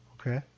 okay